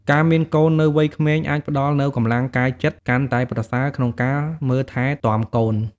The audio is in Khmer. ការមានកូននៅវ័យក្មេងអាចផ្តល់នូវកម្លាំងកាយចិត្តកាន់តែប្រសើរក្នុងការមើលថែទាំកូន។